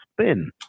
spin